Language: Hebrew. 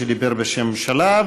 שדיבר בשם הממשלה,